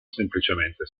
semplicemente